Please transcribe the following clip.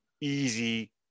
easy